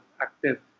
active